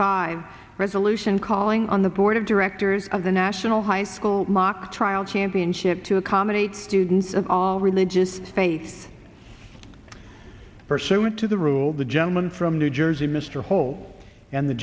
five resolution calling on the board of directors of the national high school mock trial championship to accommodate students of all religious faith pursuant to the rule the gentleman from new jersey mr hole and the